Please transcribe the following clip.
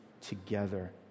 together